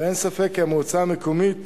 ואין ספק כי המועצה המקומית